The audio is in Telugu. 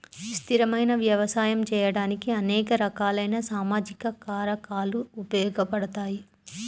స్థిరమైన వ్యవసాయం చేయడానికి అనేక రకాలైన సామాజిక కారకాలు ఉపయోగపడతాయి